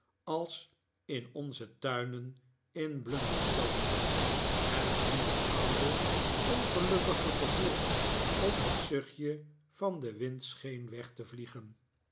als in onzen tuin in blunderstone en hoe het oude ongelukkige gevoel op het zuchtje van den wind scheen weg te vliegen